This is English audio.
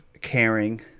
caring